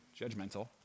judgmental